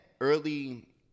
early